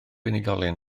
unigolyn